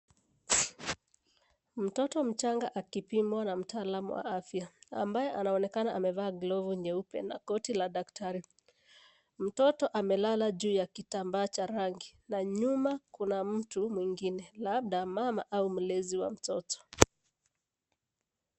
Mtoto mchanga akipimwa na mtaalamu wa afya, ambaye anaonekana amevaa glovu nyeupe na koti la daktari. Mtoto amelala juu ya kitambaa cha rangi, na nyuma kuna mtu mwingine, labda mama au mlezi wa mtoto.